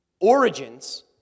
origins